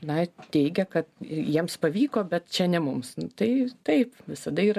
na teigia kad jiems pavyko bet čia ne mums tai taip visada yra